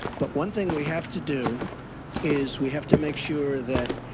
but one thing we have to do is, we have to make sure that,